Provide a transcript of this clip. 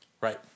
Right